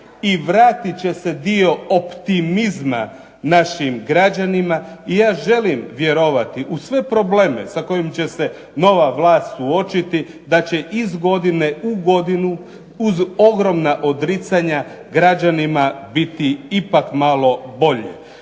i vratit će se dio optimizma našim građanima i ja želim vjerovati da uz sve probleme sa kojim će se nova vlast suočiti, da će iz godine u godinu uz nova odricanja građanima biti ipak malo bolje.